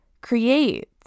Create